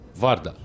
Varda